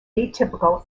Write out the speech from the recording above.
atypical